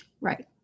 Right